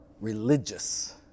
religious